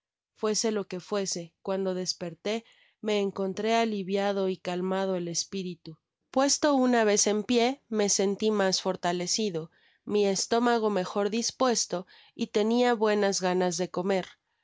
fuese lo que fuese cuando desperté me encontró aliviada y calmado el espiritu puesto una vez en pié me senti mas fortalecido mi estómago mejor dispuesta ftjenjstbuenas ganas de comer